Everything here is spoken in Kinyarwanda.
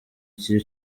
iki